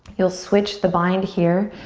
you'll switch the bind here.